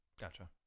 Gotcha